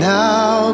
now